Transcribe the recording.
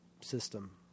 system